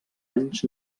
anys